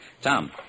Tom